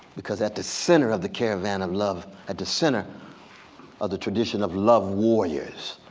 because at the center of the caravan of love, at the center of the tradition of love warriors,